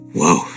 Wow